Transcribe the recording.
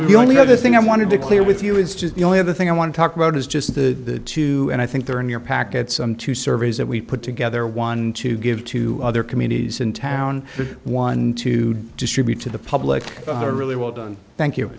we only know the thing i wanted to clear with you is just the only other thing i want to talk about is just the two and i think they're in your packet some two surveys that we put together one to give to other communities in town one to distribute to the public to really well done thank you